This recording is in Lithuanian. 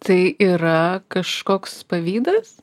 tai yra kažkoks pavydas